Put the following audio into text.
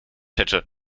hätte